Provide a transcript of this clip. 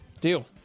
deal